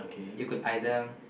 you could either